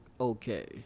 okay